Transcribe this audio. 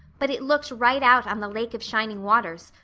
but it looked right out on the lake of shining waters,